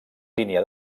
línia